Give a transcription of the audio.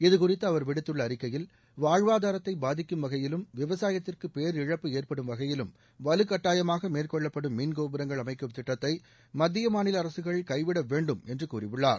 இதுகுறித்து அவர் விடுத்துள்ள அறிக்கையில் வாழ்வாதாரத்தை பாதிக்கும் வகையிலும் விவசாயத்திற்கு பேரிழப்பு ஏற்படும் வகையிலும் வலுக்கட்டாயமாக மேற்கொள்ளப்படும் மின் கோபுரங்கள் அமைக்கும் திட்டத்தை மத்திய மாநில அரசுகள் கைவிட வேண்டும் என்று கூறியுள்ளார்